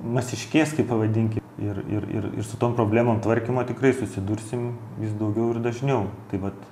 masiškės kaip pavadinki ir ir ir ir su tom problemom tvarkymo tikrai susidursim vis daugiau ir dažniau tai vat